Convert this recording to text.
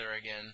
again